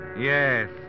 Yes